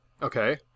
Okay